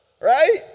Right